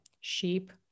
Sheep